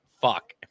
fuck